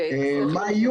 מה יהיו,